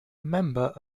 member